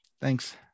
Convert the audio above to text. Thanks